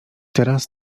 teraz